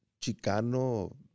Chicano